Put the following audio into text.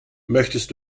möchtest